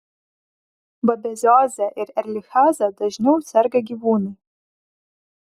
babezioze ir erlichioze dažniau serga gyvūnai